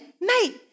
mate